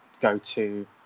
go-to